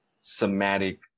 somatic